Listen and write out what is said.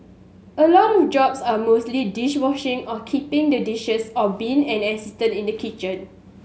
a lot of jobs are mostly dish washing or keeping the dishes or being an assistant in the kitchen